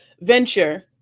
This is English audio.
venture